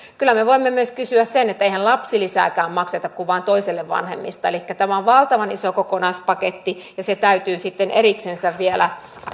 kyllä me me voimme myös kysyä siitä että eihän lapsilisääkään makseta kuin vain toiselle vanhemmista elikkä tämä on valtavan iso kokonaispaketti ja se täytyy sitten eriksensä vielä